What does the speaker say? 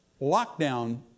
lockdown